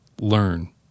Learn